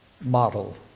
model